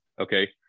okay